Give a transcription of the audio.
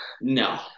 No